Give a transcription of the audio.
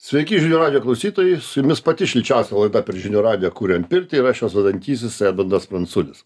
sveiki žinių radijo klausytojai su jumis pati šilčiausia laida per žinių radiją kuriam pirtį ir aš jos vedantysis edmundas pranculis